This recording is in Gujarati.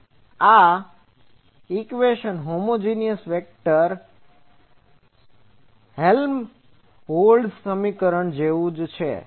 આ Helmholtz equation inhomogeneous vector Helmholtz સમીકરણ હતું તેવું જ છે